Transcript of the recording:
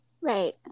Right